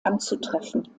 anzutreffen